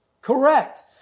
Correct